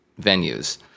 venues